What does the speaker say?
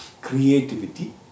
creativity